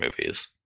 movies